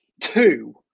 two